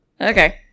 Okay